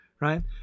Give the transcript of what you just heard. right